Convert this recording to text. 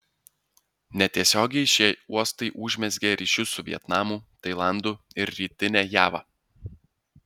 netiesiogiai šie uostai užmezgė ryšius su vietnamu tailandu ir rytine java